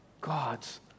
God's